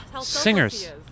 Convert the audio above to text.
singers